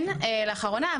כן, לאחרונה.